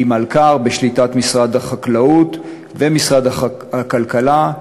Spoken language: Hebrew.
היא מלכ"ר בשליטת משרד החקלאות ומשרד הכלכלה.